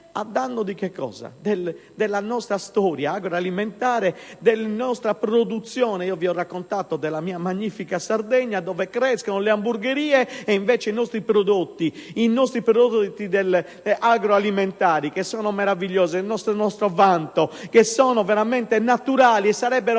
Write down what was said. a danno della nostra storia agroalimentare, della nostra produzione. Vi ho raccontato della mia magnifica Sardegna, dove crescono le hamburgherie e i nostri prodotti agroalimentari, che sono meravigliosi, che sono il nostro vanto, che sono veramente naturali e sarebbero